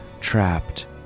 trapped